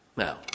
Now